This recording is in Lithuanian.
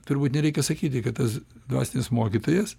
turbūt nereikia sakyti kad tas dvasinis mokytojas